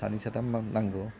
सानै साथाम नांगौ